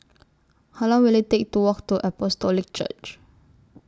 How Long Will IT Take to Walk to Apostolic Church